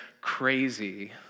crazy